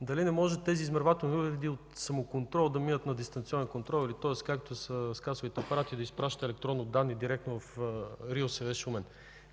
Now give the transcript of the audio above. дали не може тези измервателни уреди от самоконтрол да минат на дистанционен контрол или, както е с касовите апарати, да изпращат електронни данни директно в РИОСВ Шумен.